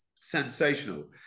sensational